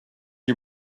you